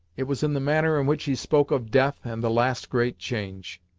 it was in the manner in which he spoke of death and the last great change.